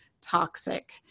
toxic